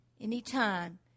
Anytime